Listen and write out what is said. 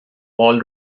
ball